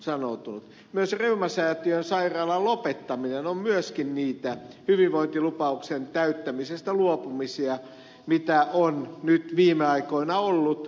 myöskin reumasäätiön sairaalan lopettaminen on niitä hyvinvointilupauksen täyttämisestä luopumisia joita on nyt viime aikoina ollut